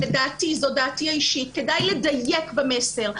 לדעתי, זאת דעתי האישית, כדאי לדייק במסר.